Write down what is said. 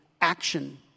action